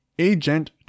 agent